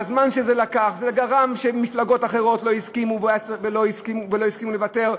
והזמן שזה לקח גרם שמפלגות אחרות לא הסכימו ולא הסכימו לוותר.